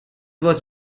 was